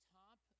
top